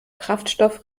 kraftstoff